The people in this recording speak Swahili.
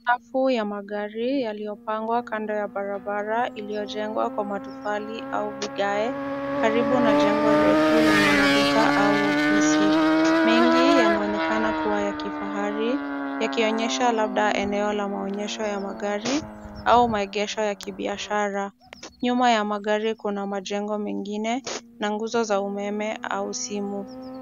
Safu ya magari yaliyopangwa kando ya barabara, iliyojengwa kwa matofali au vigae karibu na jengo refu lenye maduka au ofisi. Mengi yanaonekana kuwa ya kifahari, yakionyesha labda eneo la maonyesho ya magari au maegesho ya kibiashara. Nyuma ya magari kuna majengo mengine na nguzo za umeme au simu.